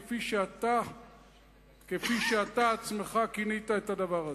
כפי שאתה עצמך כינית את הדבר הזה.